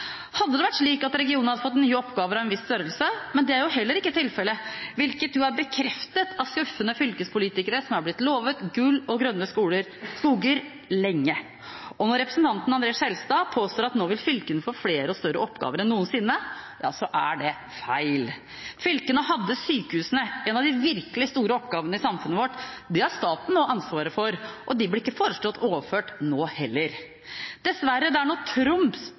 Hadde det enda vært slik at regionen hadde fått nye oppgaver av en viss størrelse, men det er jo heller ikke tilfellet – hvilket jo er bekreftet av skuffede fylkespolitikere som er blitt lovet gull og grønne skoger lenge. Og når representanten André N. Skjelstad påstår at nå vil fylkene få flere og større oppgaver enn noensinne, ja, så er det feil. Fylkene hadde sykehusene, en av de virkelig store oppgavene i samfunnet vårt. Dem har staten nå ansvaret for. De blir ikke foreslått overført nå heller. Dessverre er det noe «trumpsk» over innlegget til representanten Skjelstad, som er